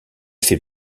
fait